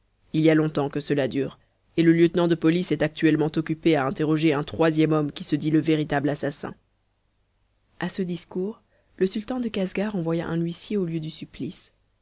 il y a longtemps que cela dure et le lieutenant de police est actuellement occupé à interroger un troisième homme qui se dit le véritable assassin à ce discours le sultan de casgar envoya un huissier au lieu du supplice